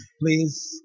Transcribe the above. Please